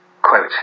quote